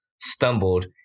stumbled